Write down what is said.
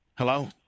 Hello